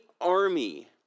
army